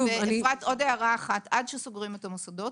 הערה נוספת, עד שסוגרים את המוסדות,